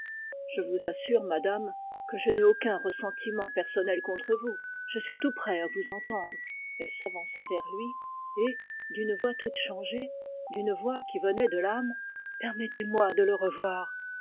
je vous assure madame que je n'ai aucun ressentiment personnel contre vous elle s'avança vers lui et d'une voix toute changée d'une voix qui venait de l'âme permettez-moi de le revoir